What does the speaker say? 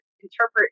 interpret